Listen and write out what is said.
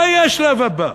מה יהיה השלב הבא?